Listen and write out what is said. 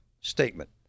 statement